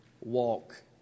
walk